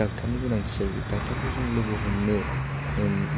doctor नि गोनांथि जायो बे डाक्टार खौ जों लोगो हमनो